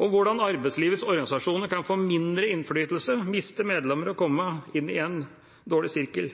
om hvordan arbeidslivets organisasjoner kan få mindre innflytelse, miste medlemmer og komme inn i en dårlig sirkel,